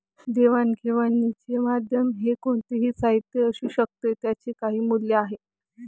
देवाणघेवाणीचे माध्यम हे कोणतेही साहित्य असू शकते ज्याचे काही मूल्य आहे